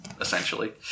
essentially